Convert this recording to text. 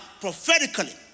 prophetically